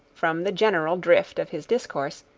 from the general drift of his discourse,